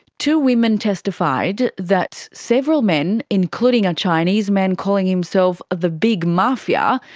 two women testified that several men, including a chinese man calling himself the big mafia,